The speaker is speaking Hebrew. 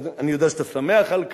אני יודע שאתה שמח על כך,